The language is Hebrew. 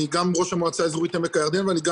אני גם ראש המועצה האזורית עמק הירדן ואני גם